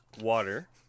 water